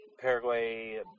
Paraguay